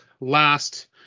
last